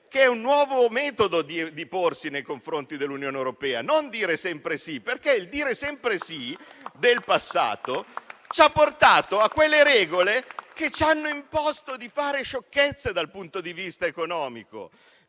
che è un nuovo metodo di porsi nei confronti dell'Unione europea, basato sul non dire sempre di sì. Il fatto di dire sempre di sì in passato ci ha portato a quelle regole che ci hanno imposto di fare sciocchezze dal punto di vista economico;